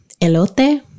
elote